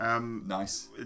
Nice